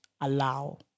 allow